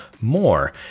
more